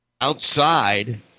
Outside